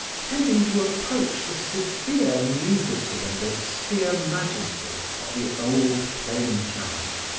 tending to approach the severe nudity and austere majesty of the old plain-chant.